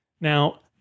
Now